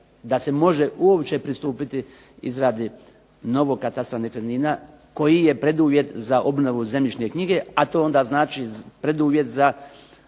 da se može uopće pristupiti izradi novog katastra nekretnina, koji je preduvjet za obnovu zemljišne knjige, a to onda znači preduvjet za